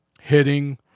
hitting